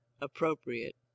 Appropriate